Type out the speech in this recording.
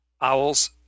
Owl's